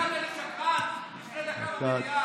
אתה קראת לי שקרן לפני דקה במליאה.